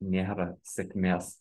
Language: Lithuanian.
nėra sėkmės